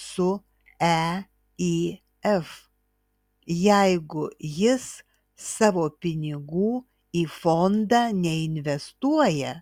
su eif jeigu jis savo pinigų į fondą neinvestuoja